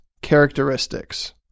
characteristics